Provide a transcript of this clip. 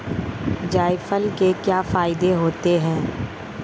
जायफल के क्या फायदे होते हैं?